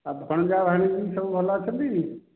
ଆଉ ଭଣଜା ଭାଣିଜୀ ସବୁ ଭଲ ଅଛନ୍ତି